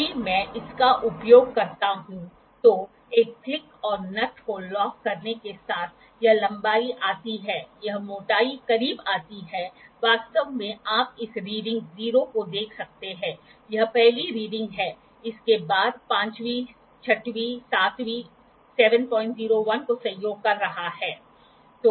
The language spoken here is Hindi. यदि मैं इसका उपयोग करता हूं तो एक क्लिक और नट को लॉक करने के साथ यह लंबाई आती है यह मोटाई करीब आती है वास्तव में आप इस रीडिंग 0 को देख सकते हैं यह पहली रीडिंग है इसके बाद ५वीं ६वीं ७वीं ७०१ को संयोग कर रहा है